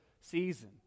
season